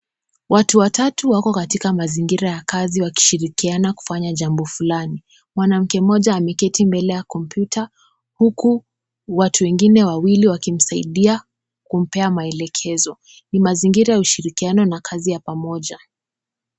Watu watatu wako katika mazingira ya kazi wakishirikiana kufanya jambo fulani, mwanamke mmoja ameketi mbele ya kompyuta huku watu wengine wawili wakimsaidia kumpea maelekezo, mazingira ya ushirikiano na kazi ya pamoja.